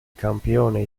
campione